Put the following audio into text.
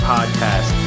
Podcast